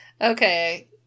Okay